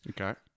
Okay